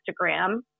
Instagram